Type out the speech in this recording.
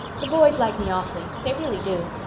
the boys like me awfully they really do.